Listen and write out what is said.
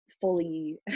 fully